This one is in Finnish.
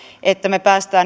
että me pääsemme